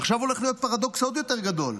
עכשיו הולך להיות פרדוקס עוד יותר גדול.